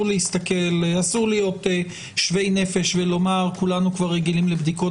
אסור להיות שווי נפש ולומר: כולנו רגילים לבדיקות